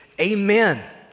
Amen